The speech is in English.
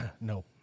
no